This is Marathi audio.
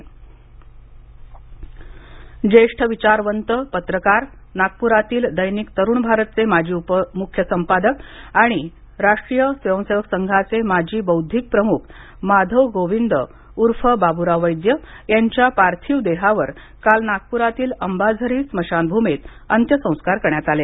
मा गो अनंतात विलिन ज्येष्ठ विचारवंत पत्रकार नागपूरातील दैनिक तरुण भारतचे माजी मुख्य संपादक आणि राष्ट्रीय स्वयंसेवक संघाचे माजी बौद्विक प्रमुख माधव गोविंद ऊर्फ बाब्राव वैद्य यांच्या पार्थिव देहावर काल नागप्रातील अंबाझरी स्मशानभूमीत अंत्यसंस्कार करण्यात आले